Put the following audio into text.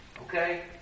Okay